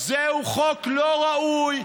זהו חוק לא ראוי,